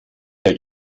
der